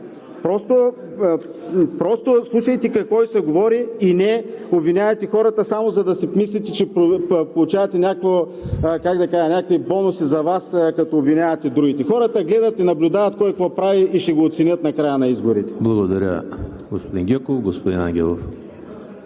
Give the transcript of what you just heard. Просто слушайте какво Ви се говори и не обвинявайте хората, само за да си мислите, че получавате някакви бонуси за Вас, като обвинявате другите. Хората гледат и наблюдават кой какво прави, и ще го оценят накрая на изборите. ПРЕДСЕДАТЕЛ ЕМИЛ ХРИСТОВ: Благодаря, господин Гьоков. Господин Ангелов.